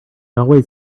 always